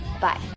Bye